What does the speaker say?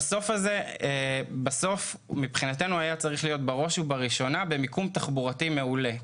המסוף הזה מבחינתנו היה צריך להיות בראש ובראשונה במיקום תחבורתי מעולה.